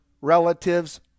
relatives